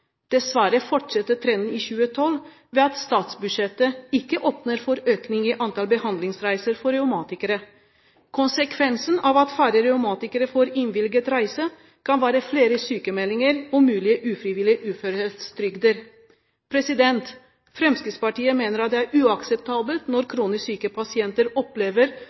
Dessverre fortsetter trenden i 2012 ved at statsbudsjettet ikke åpner for økning i antall behandlingsreiser for revmatikere. Konsekvensen av at færre revmatikere får innvilget reise, kan være flere sykmeldinger og mulige ufrivillige uførhetstrygder. Fremskrittspartiet mener det er uakseptabelt når kronisk syke pasienter opplever